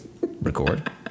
Record